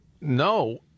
no